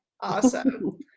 awesome